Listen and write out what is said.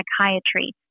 psychiatry